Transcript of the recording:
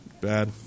bad